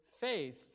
faith